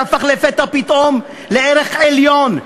שהפך לפתע פתאום לערך עליון,